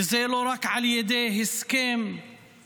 וזה לא רק על ידי הסכם נקודתי,